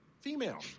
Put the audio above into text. female